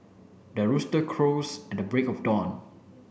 the rooster crows at the break of dawn